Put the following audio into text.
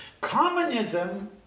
Communism